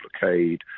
blockade